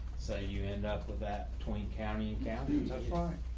so you end up with that tween county can do just fine.